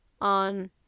on